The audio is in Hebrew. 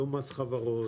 לא מס חברות,